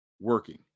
working